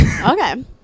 Okay